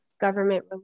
government